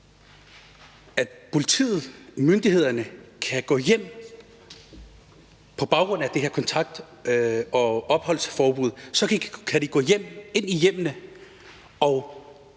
at politiet, myndighederne på baggrund af det her kontakt- og opholdsforbud kan gå ind i folks hjem og